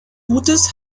gutes